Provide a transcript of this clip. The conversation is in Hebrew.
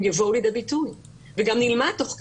הם יבואו לידי ביטוי וגם נלמד תוך כדי.